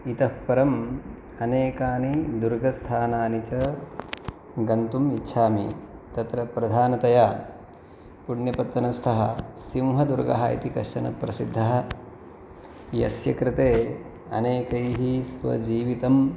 इतःपरम् अनेकानि दुर्गस्थानानि च गन्तुम् इच्छामि तत्र प्रधानतया पुण्यपत्तनस्थः सिंहदुर्गः इति कश्चन प्रसिद्धः यस्य कृते अनेकैः स्वजीवितम्